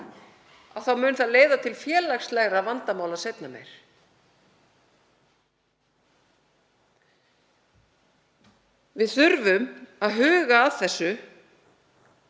mun það leiða til félagslegra vandamála seinna meir. Við þurfum að huga að þessu